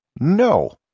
no